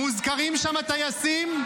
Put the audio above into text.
מוזכרים שם הטייסים?